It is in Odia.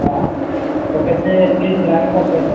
ହଁ ଆଉ କେତେ ଫିସ୍ ଲାଗିବ